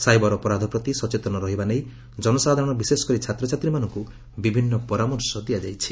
cyber ଅପରାଧ ପ୍ରତି ସଚେତନ ରହିବା ନେଇ ଜନସାଧାରଣ ବିଶେଷ କରି ଛାତ୍ରଛାତ୍ରୀମାନଙ୍କୁ ବିଭିନ୍ନ ପରାମର୍ଶ ଦିଆଯାଇଛି